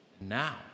now